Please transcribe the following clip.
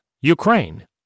Ukraine